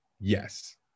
Yes